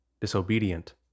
disobedient